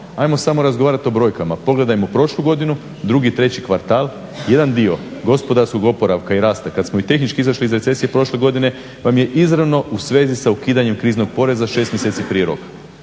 Ajmo samo razgovarati o brojkama. Pogledajmo prošlu godinu, drugi treći kvartal, jedan dio gospodarskog oporavka i rasta kada smo i tehnički izašli iz recesije prošle godine vam je izravno i u svezi sa ukidanjem šest mjeseci prije roka.